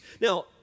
Now